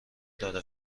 داره